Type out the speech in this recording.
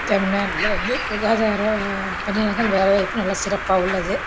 தமிழ்நாட்டில் வந்து சுகாதாரம் பணிகள் வேலை வாய்ப்பு நல்லா சிறப்பாக உள்ளது